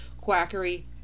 quackery